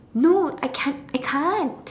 no I can't I can't